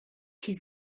his